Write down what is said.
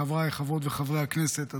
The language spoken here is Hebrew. חבריי חברות וחברי הכנסת,